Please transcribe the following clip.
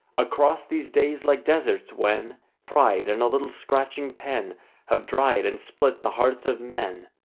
across these days like deserts, when pride and a little scratching pen have dried and split the hearts of men,